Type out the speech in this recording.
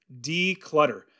declutter